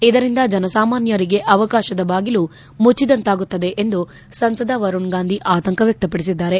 ಇದರಿಂದ ಜನಸಾಮಾನ್ನರಿಗೆ ಅವಕಾಶದ ಬಾಗಿಲು ಮುಟ್ಟಿದಂತಾಗುತ್ತದೆ ಎಂದು ಸಂಸದ ವರುಣ್ ಗಾಂಧಿ ಆತಂಕ ವ್ಯಕ್ತಪಡಿಸಿದ್ದಾರೆ